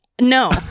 No